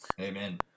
Amen